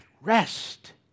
rest